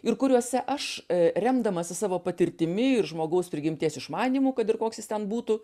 ir kuriuose aš remdamasi savo patirtimi ir žmogaus prigimties išmanymu kad ir koks jis ten būtų